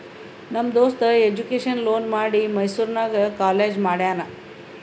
ನಮ್ ದೋಸ್ತ education loan ಮಾಡಿ ಮೈಸೂರು ನಾಗ್ ಕಾಲೇಜ್ ಮಾಡ್ಯಾನ್